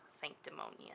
Sanctimonious